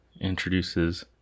introduces